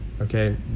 okay